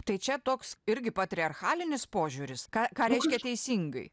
tai čia toks irgi patriarchalinis požiūris ką ką reiškia teisingai